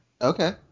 Okay